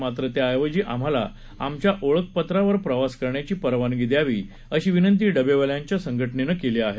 मात्र त्याऐवजी आम्हाला आमच्या ओळखपत्रावर प्रवास करण्याची परवानगी द्यावी अशी विनंती डबेवाल्यांच्या संघटनेनी केली आहे